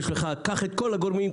שייקח את כל הגורמים,